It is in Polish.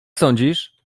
sądzisz